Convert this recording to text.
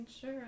Sure